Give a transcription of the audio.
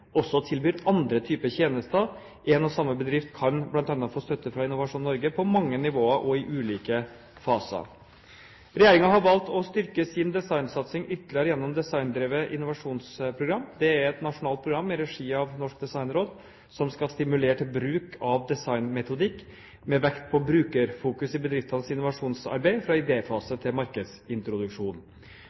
også tilbyr andre typer tjenester. En og samme bedrift kan få støtte av Innovasjon Norge på mange nivåer og i ulike faser. Regjeringen har valgt å styrke sin designsatsing ytterligere gjennom et designdrevet innovasjonsprogram. Det er et nasjonalt program i regi av Norsk Designråd som skal stimulere til bruk av designmetodikk med vekt på brukerfokus i bedriftenes innovasjonsarbeid fra idéfase til markedsintroduksjon.